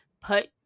Put